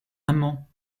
amant